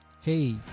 hey